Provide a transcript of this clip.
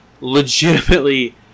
legitimately